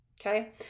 okay